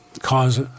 cause